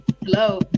hello